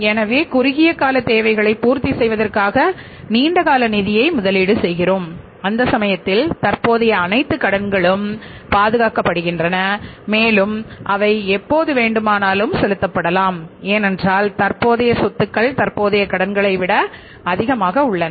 எனவே குறுகிய கால தேவைகளை பூர்த்தி செய்வதற்காக நீண்ட கால நிதியை முதலீடு செய்கிறோம் அந்த சமயத்தில் தற்போதைய அனைத்து கடன்களும் பாதுகாக்கப்படுகின்றன மேலும் அவை எப்போது வேண்டுமானாலும் செலுத்தப்படலாம் ஏனென்றால் தற்போதைய சொத்துக்கள் தற்போதைய கடன்களை விட அதிகமாக உள்ளன